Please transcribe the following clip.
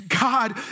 God